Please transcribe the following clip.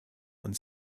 und